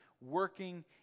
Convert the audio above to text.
working